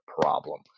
problem